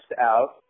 out